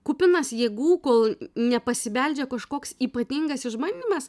kupinas jėgų kol nepasibeldžia kažkoks ypatingas išbandymas